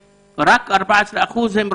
אני בהחלט מייצג את כל הרופאים.